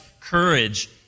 courage